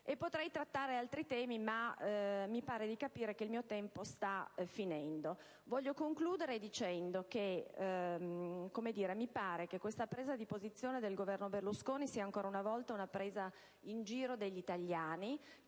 Potrei trattare altri temi, ma il tempo a mia disposizione sta finendo. Voglio concludere dicendo che mi pare che questa presa di posizione del Governo Berlusconi sia, ancora una volta, una presa in giro degli italiani,